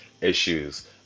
issues